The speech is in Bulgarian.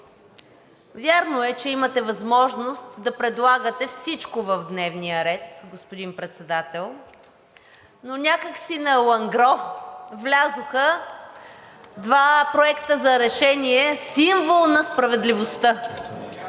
вярно е, че имате възможност да предлагате всичко в дневния ред, господин Председател, но някак си „на алангро“ влязоха два проекта за решение – символ на справедливостта.